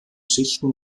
schichten